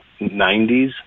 90s